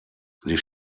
sie